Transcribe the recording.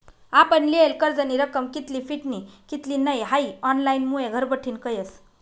आपण लेयेल कर्जनी रक्कम कित्ली फिटनी कित्ली नै हाई ऑनलाईनमुये घरबठीन कयस